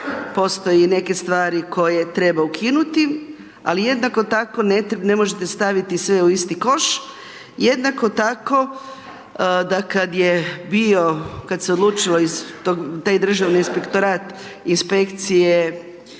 postoje neke stvari koje treba ukinuti. Ali jednako tako, ne možete staviti sve u isti koš. Jednako tako da kada je bio, kada se odlučio taj Državni inspektorat, inspekcije